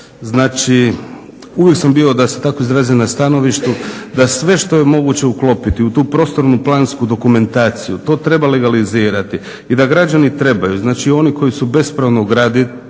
Znači uvijek sam bio da se tako izrazim na stanovištu da sve što je moguće uklopiti u tu prostorno-plansku dokumentaciju to treba legalizirati i da građani trebaju, znači oni koji su bespravno gradili